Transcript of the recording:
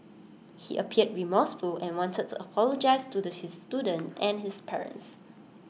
he appeared remorseful and wanted to apologise to the student and his parents